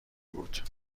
بود